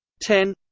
ten